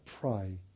pray